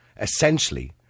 essentially